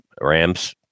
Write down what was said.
Rams